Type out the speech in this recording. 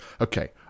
Okay